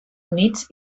units